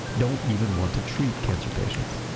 don't even want to treat cancer patients.